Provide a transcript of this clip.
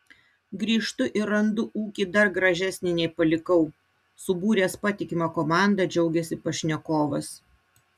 grįžtu ir randu ūkį dar gražesnį nei palikau subūręs patikimą komandą džiaugiasi pašnekovas